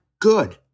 good